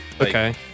Okay